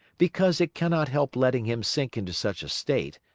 because it cannot help letting him sink into such a state,